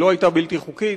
היא לא היתה בלתי חוקית,